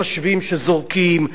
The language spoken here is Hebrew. מחשבים שזורקים,